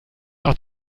auch